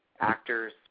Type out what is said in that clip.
actors